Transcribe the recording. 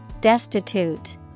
Destitute